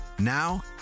Now